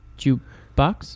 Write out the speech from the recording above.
jukebox